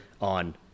on